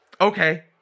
Okay